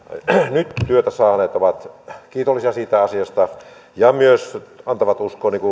nyt työtä saanutta ovat kiitollisia siitä asiasta ja myös antavat uskoa